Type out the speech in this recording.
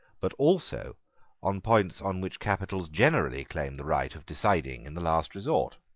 but also on points on which capitals generally claim the right of deciding in the last resort.